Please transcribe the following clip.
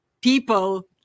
people